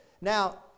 Now